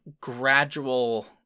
gradual